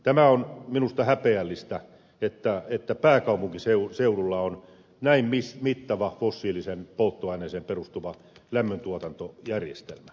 tämä on minusta häpeällistä että pääkaupunkiseudulla on näin mittava fossiiliseen polttoaineeseen perustuva lämmöntuotantojärjestelmä